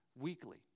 weekly